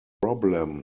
problem